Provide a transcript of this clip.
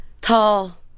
tall